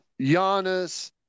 Giannis